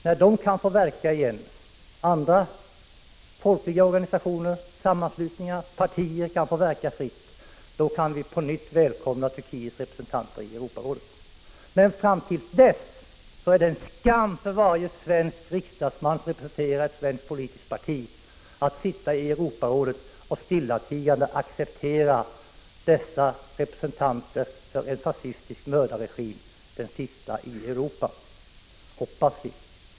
När DISK och andra folkliga organisationer, sammanslutningar och partier kan verka fritt igen, då kan vi på nytt välkomna Turkiets representanter i Europarådet. Men fram till dess är det en skam för varje svensk riksdagsman som representerar ett svenskt politiskt parti att sitta i Europarådet och stillatigande acceptera dessa representanter för en fascistisk mördarregim — den sista i Europa, hoppas vi.